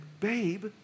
babe